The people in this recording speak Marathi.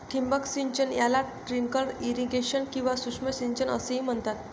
ठिबक सिंचन याला ट्रिकल इरिगेशन किंवा सूक्ष्म सिंचन असेही म्हणतात